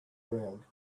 around